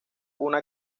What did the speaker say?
una